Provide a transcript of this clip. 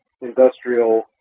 industrial